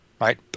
right